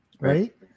right